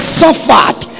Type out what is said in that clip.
suffered